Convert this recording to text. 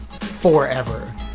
forever